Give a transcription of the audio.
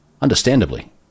Understandably